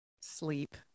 Sleep